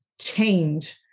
change